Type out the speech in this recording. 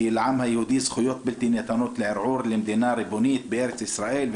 כי לעם היהודי זכויות בלתי ניתנות לערעור למדינה ריבונית בארץ ישראל.